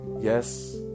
Yes